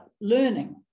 learning